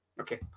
Okay